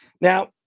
Now